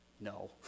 No